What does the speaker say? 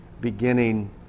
Beginning